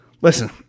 listen